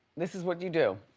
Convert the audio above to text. this is what you do.